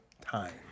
time